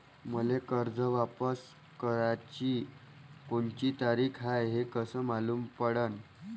मले कर्ज वापस कराची कोनची तारीख हाय हे कस मालूम पडनं?